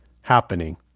happening